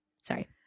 Sorry